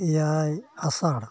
ᱮᱭᱟᱭ ᱟᱥᱟᱲ